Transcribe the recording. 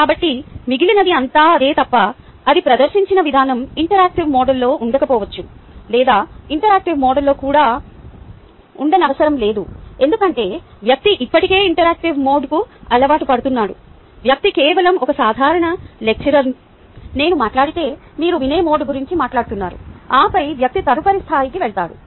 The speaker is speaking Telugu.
కాబట్టి మిగిలినది అంతా అదే తప్ప అది ప్రదర్శించిన విధానం ఇంటరాక్టివ్ మోడ్లో ఉండకపోవచ్చు లేదా ఇంటరాక్టివ్ మోడ్లో కూడా ఉండనవసరం లేదు ఎందుకంటే వ్యక్తి ఇప్పటికీ ఇంటరాక్టివ్ మోడ్కు అలవాటు పడుతున్నాడు వ్యక్తి కేవలం ఒక సాధారణ లెక్చరర్ నేను మాట్లాడితే మీరు వినే మోడ్ గురించి మాట్లాడుతున్నాను ఆపై వ్యక్తి తదుపరి స్థాయికి వెళ్తాడు